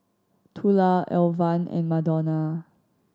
Tula Alvan and Madonna